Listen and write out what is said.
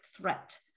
threat